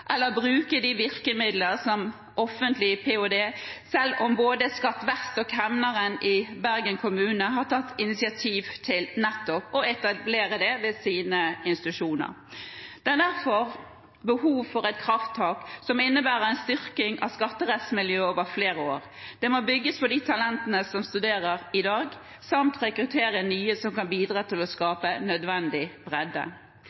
eller bruke virkemidler som offentlig ph.d., selv om både Skatt vest og kemneren i Bergen kommune har tatt initiativ til nettopp å etablere det ved sine institusjoner. Det er derfor behov for et krafttak som innebærer en styrking av skatterettsmiljøet over flere år. Det må bygges på de talentene som studerer i dag, samt rekrutteres nye som kan bidra til å skape nødvendig bredde.